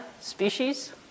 species